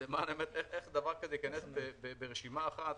למען האמת, איך דבר כזה ייכנס ברשימה אחת?